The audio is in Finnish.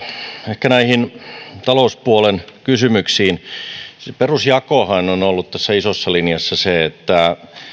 ehkä näihin talouspuolen kysymyksiin se perusjakohan on ollut tässä isossa linjassa se että